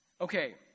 Okay